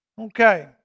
Okay